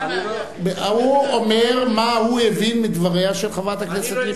הוא אומר מה הוא הבין מדבריה של חברת הכנסת לבני.